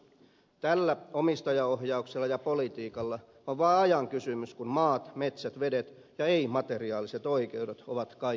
tällä omistajaohjauksella ja politiikalla on vaan ajan kysymys koska maat metsät vedet ja ei materiaaliset oikeudet ovat kaikki kaupan